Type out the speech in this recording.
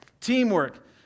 Teamwork